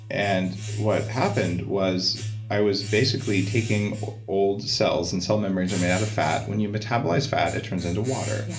and what happened was i was basically taking old cells and cell membranes are made out of fat. when you metabolize fat it turns into water. yeah